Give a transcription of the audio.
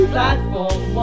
Platform